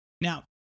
Now